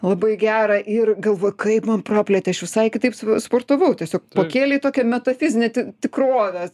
labai gerą ir galvoju kaip man praplėtė aš visai kitaip s sportavau tiesiog pakėlė į tokią metafizinę tikrovę